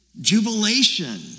Jubilation